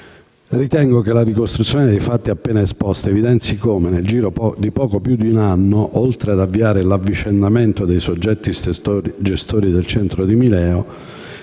Ritengo che la ricostruzione dei fatti appena esposta evidenzi come, nel giro di poco più di un anno, oltre ad avviare l'avvicendamento dei soggetti gestori del centro di Mineo,